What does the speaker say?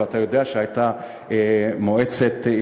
ואתה יודע שהייתה מועצת המדינה,